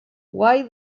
why